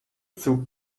zug